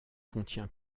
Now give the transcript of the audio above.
contient